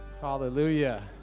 Hallelujah